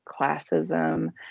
classism